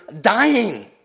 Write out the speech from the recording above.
dying